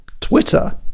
twitter